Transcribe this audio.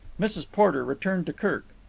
mrs. porter returned to kirk.